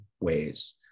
ways